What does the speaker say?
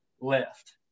left